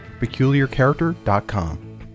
peculiarcharacter.com